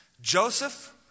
Joseph